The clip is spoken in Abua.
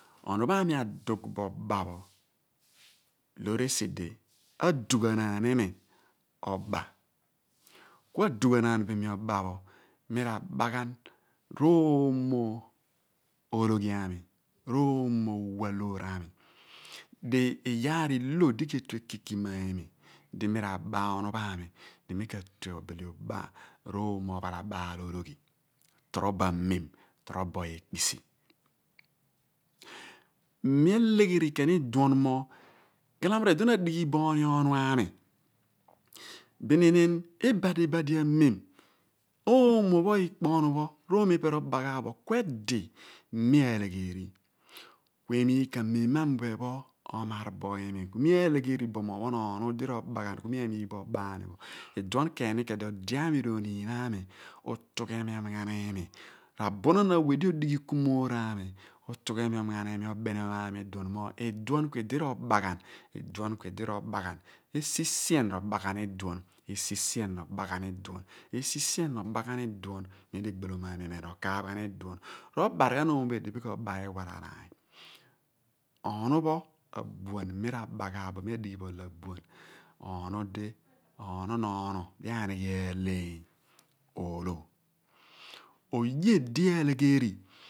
Ohnu pho aami adugh bo oba pho loor esi di adugha naan imi oba ku adughanaan bi imi oba pho mi r'aba gban r'oomo ologhi aami r'oomo uwaloor ami di iyaar i/lo di ke tue ekikima di mi r'aba ohnu pho ami di mi ka bile utue uba roomo ophalabaalologhi to robo amem torobo ekpisi mi alegheri uluon mo ghalamo r'iduon adighi booni ohnu aami bininim ibadi badi amem oomo ikpo ohm pho r'oomo pho ipe roba ghan bo ku/edi mi alegheri ku emigh k'amem amuphe pho umar bo imi ku mi alegheri bo mo opon ohnu di r'oba ghan ku mi amigh bo obaani pho iduon keeni keeh ode ami r'ooniin ami utughemi ani ghein limi, r'abunon awe di odighiu ikumoor ami urughe mi ghan obeniom ghan aamiu mo iphen ku idi r'oba ghan esi sien r'oba ghan iduon esi sien r'oba ghan esi sien r'oba ghan iduon mem di egbolom aam iphen r'okaaph ghan iduon ro/bar oomo pho idi bin oba iwalalaany ohnu pho abuan mi r;aba ghan bo mi adighi bo ola abuan ohnu di onon ohnu di anighe aleeny oolo oye di aalegher